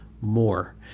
more